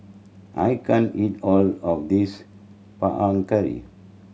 I can't eat all of this Panang Curry